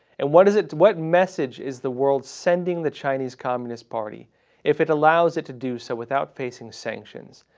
and what is it what message is the world sending the chinese communist party if it allows it to do so without facing sanctions?